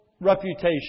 reputation